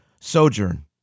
sojourn